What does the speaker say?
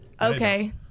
Okay